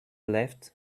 left